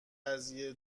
قضیه